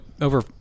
over